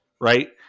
right